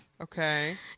Okay